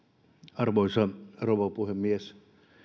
arvoisa rouva puhemies